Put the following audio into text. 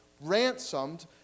ransomed